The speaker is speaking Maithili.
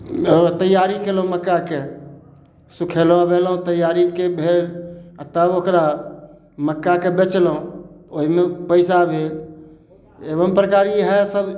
तैयारी केलहुॅं मक्काके सुखेलहुॅं तैयारीके भेल आ तब ओकरा मक्काके बेचलहुॅं ओहिमे पैसा भेल एवं प्रकार इएह सब